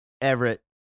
Everett